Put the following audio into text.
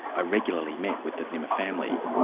i regularly met with the zimmer family,